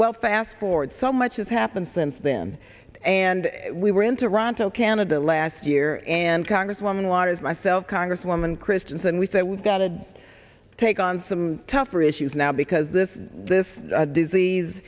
well fast forward so much has happened since then and we were in toronto canada last year and congresswoman waters myself congresswoman christensen we said we've got to take on some tougher issues now because this this disease